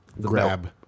Grab